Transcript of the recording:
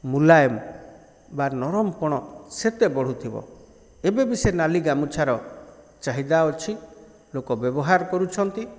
ମୁଲାୟମ ବା ନରମ ପଣ ସେତେ ବଢ଼ୁଥିବ ଏବେ ବି ସେ ନାଲି ଗାମୁଛାର ଚାହିଦା ଅଛି ଲୋକ ବ୍ୟବହାର କରୁଛନ୍ତି